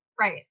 right